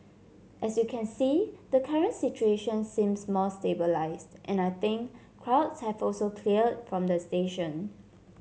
as you can see the current situation seems more stabilised and I think crowds have also cleared from the station